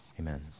Amen